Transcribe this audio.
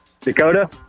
Dakota